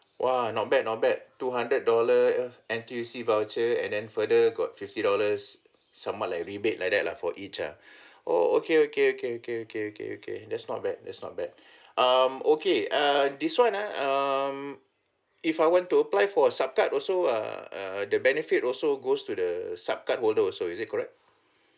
!wah! not bad not bad two hundred dollar N_T_U_C voucher and then further got fifty dollars somewhat like rebate like that lah for each ah oh okay okay okay okay okay okay okay that's not bad that's not bad um okay uh this one ah um if I want to apply for a sup card also uh uh the benefit also goes to the sup card holder also is it correct